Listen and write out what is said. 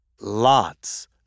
lots